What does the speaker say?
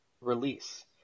release